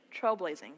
trailblazing